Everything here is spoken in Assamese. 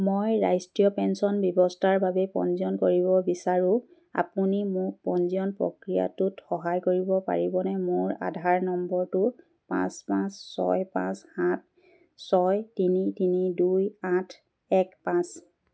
মই ৰাষ্ট্ৰীয় পেন্সন ব্যৱস্থাৰ বাবে পঞ্জীয়ন কৰিব বিচাৰোঁ আপুনি মোক পঞ্জীয়ন প্ৰক্ৰিয়াটোত সহায় কৰিব পাৰিবনে মোৰ আধাৰ নম্বৰটো পাঁচ পাঁচ ছয় পাঁচ সাত ছয় তিনি তিনি দুই আঠ এক পাঁচ